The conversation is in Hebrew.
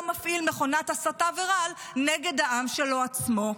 מפעיל מכונת הסתה ורעל נגד העם שלו עצמו.